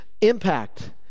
Impact